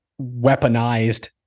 weaponized